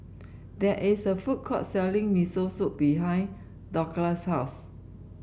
there is a food court selling Miso Soup behind Douglass' house